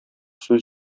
сүз